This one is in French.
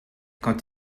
quand